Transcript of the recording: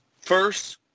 first